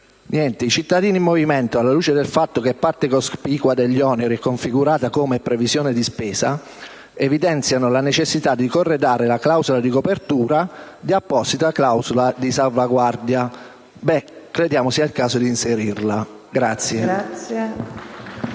I cittadini del Movimento, alla luce del fatto che parte cospicua degli oneri è configurata come previsione di spesa, evidenziano la necessità di corredare la clausola di copertura di apposita clausola di salvaguardia. Pertanto, crediamo sia il caso di inserirla.